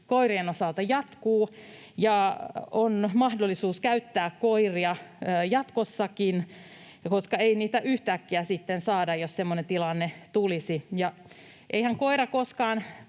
koirien osalta jatkuu ja on mahdollista käyttää koiria jatkossakin, koska ei niitä yhtäkkiä sitten saada, jos semmoinen tilanne tulisi. Eihän koira koskaan